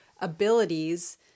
abilities